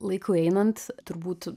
laiku einant turbūt